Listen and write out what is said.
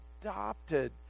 adopted